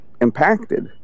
impacted